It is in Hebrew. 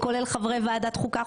כולל חברי ועדת חוקה,